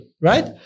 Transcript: right